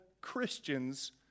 Christians